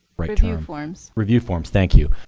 review forms. review forms, thank you.